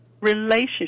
relationship